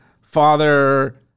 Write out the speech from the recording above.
Father